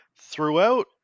Throughout